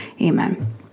Amen